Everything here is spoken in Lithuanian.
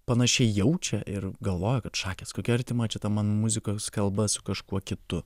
panašiai jaučia ir galvoja kad šakės kokia artima čia ta man muzikos kalba su kažkuo kitu